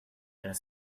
tras